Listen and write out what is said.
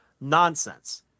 nonsense